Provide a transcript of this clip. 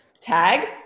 Tag